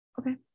Okay